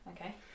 okay